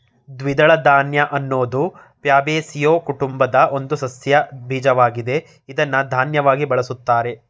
ದ್ವಿದಳ ಧಾನ್ಯ ಅನ್ನೋದು ಫ್ಯಾಬೇಸಿಯೊ ಕುಟುಂಬದ ಒಂದು ಸಸ್ಯದ ಬೀಜವಾಗಿದೆ ಇದ್ನ ಧಾನ್ಯವಾಗಿ ಬಳುಸ್ತಾರೆ